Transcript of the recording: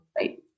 Right